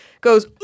goes